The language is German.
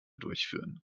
durchführen